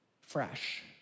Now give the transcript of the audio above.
fresh